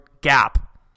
gap